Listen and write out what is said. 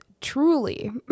Truly